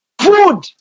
food